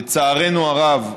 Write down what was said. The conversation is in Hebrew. לצערנו הרב,